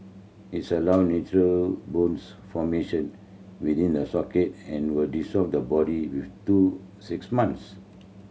its allows natural bones formation within the socket and will dissolve the body within two six months